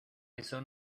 eso